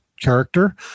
character